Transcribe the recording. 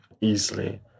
easily